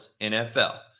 NFL